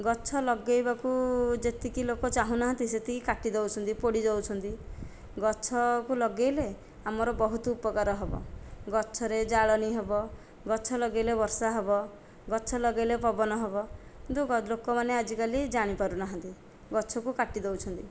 ଗଛ ଲଗାଇବାକୁ ଯେତିକି ଲୋକ ଚାହୁଁ ନାହାଁନ୍ତି ସେତିକି କାଟି ଦେଉଛନ୍ତି ପୋଡ଼ି ଦେଇଛନ୍ତି ଗଛକୁ ଲଗାଇଲେ ଆମର ବହୁତ ଉପକାର ହେବ ଗଛରେ ଜାଳେଣୀ ହେବ ଗଛ ଲଗାଇଲେ ବର୍ଷା ହେବ ଗଛ ଲଗାଇଲେ ପବନ ହେବ କିନ୍ତୁ ଲୋକମାନେ ଆଜିକାଲି ଜାଣି ପାରୁ ନାହାଁନ୍ତି ଗଛକୁ କାଟି ଦେଉଛନ୍ତି